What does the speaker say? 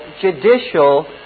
judicial